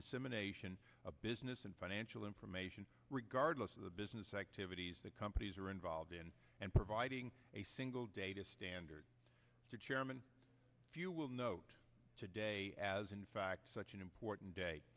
dissemination of business and financial information regardless of the business activities that companies are involved in and providing a single data standard to chairman if you will no today as in fact such an important day